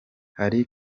hari